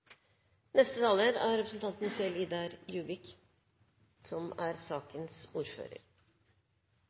Neste taler er interpellanten, representanten